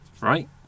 Right